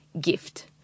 gift